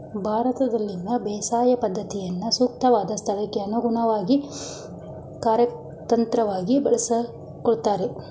ಭಾರತದಲ್ಲಿನ ಬೇಸಾಯ ಪದ್ಧತಿನ ಸೂಕ್ತವಾದ್ ಸ್ಥಳಕ್ಕೆ ಅನುಗುಣ್ವಾಗಿ ಕಾರ್ಯತಂತ್ರವಾಗಿ ಬಳಸ್ಕೊಳ್ತಾರೆ